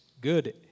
good